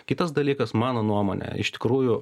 kitas dalykas mano nuomone iš tikrųjų